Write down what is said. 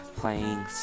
playing